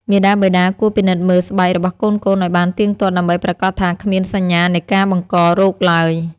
មាតាបិតាគួរពិនិត្យមើលស្បែករបស់កូនៗឱ្យបានទៀងទាត់ដើម្បីប្រាកដថាគ្មានសញ្ញានៃការបង្ករោគឡើយ។